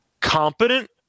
competent